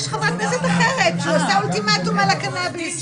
יש חברת כנסת אחרת שעושה אולטימטום על הקנאביס.